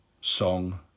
song